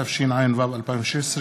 התשע"ו 2016,